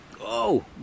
Oh